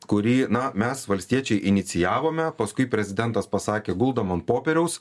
kurį na mes valstiečiai inicijavome paskui prezidentas pasakė guldom an popieriaus